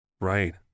Right